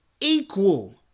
equal